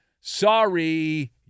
sorry